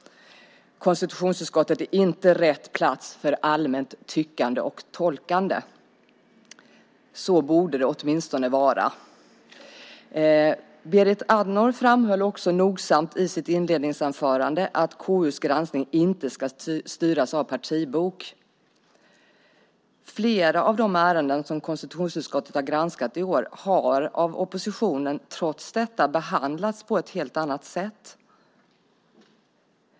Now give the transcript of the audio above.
Konstitutionsutskottet är inte rätt plats för allmänt tyckande och tolkande - så borde det åtminstone vara. Berit Andnor framhöll nogsamt i sitt inledningsanförande att KU:s granskning inte ska styras av partibok. Flera av de ärenden som konstitutionsutskottet har granskat i år har trots detta behandlats på ett helt annat sätt av oppositionen.